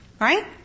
Right